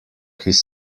his